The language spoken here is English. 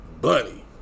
bunny